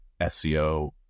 SEO